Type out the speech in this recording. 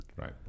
Right